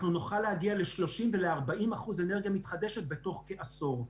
נוכל להגיע ל-30% ול-40% אנרגיה מתחדשת בתוך כעשור.